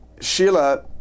Sheila